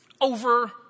over